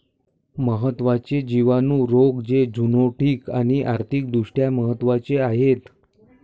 महत्त्वाचे जिवाणू रोग जे झुनोटिक आणि आर्थिक दृष्ट्या महत्वाचे आहेत